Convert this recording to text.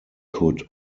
could